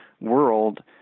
world